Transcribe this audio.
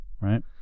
right